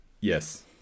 Yes